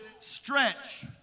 stretch